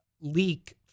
leak